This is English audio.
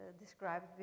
described